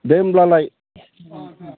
दे होमब्लालाय